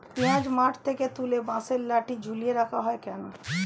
পিঁয়াজ মাঠ থেকে তুলে বাঁশের লাঠি ঝুলিয়ে রাখা হয় কেন?